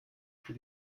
für